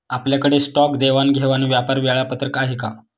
आपल्याकडे स्टॉक देवाणघेवाण व्यापार वेळापत्रक आहे का?